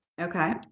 okay